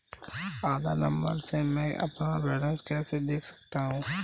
आधार number से मैं अपना बैलेंस कैसे देख सकता हूँ?